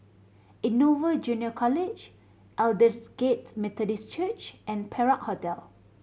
Innova Junior College Aldersgate Methodist Church and Perak Hotel